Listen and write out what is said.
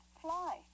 fly